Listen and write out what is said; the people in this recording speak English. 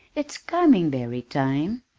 it's coming berry time,